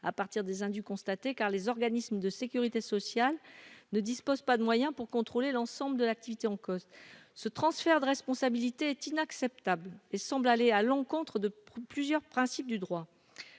à partir des indus constatés car les organismes de Sécurité sociale ne dispose pas de moyens pour contrôler l'ensemble de l'activité en cause ce transfert de responsabilité est inacceptable et semble aller à l'encontre de plusieurs principes du droit,